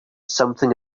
something